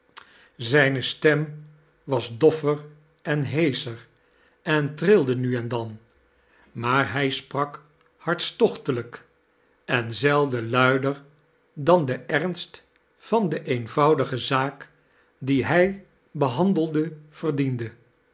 zijne stem was doffer en heesoher en trilde nu en dan maar hij sprak hartstochtelijk en zelden luider dan de emst van de eenvoudige zaak die hij behandelde verdiende